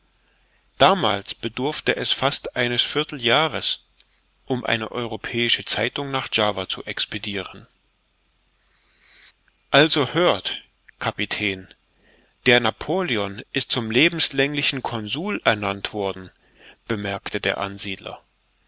damals bedurfte es fast eines vierteljahres um eine europäische zeitung nach java zu expediren also hört kapitän der napoleon ist zum lebenslänglichen consul ernannt worden bemerkte der ansiedler